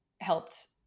helped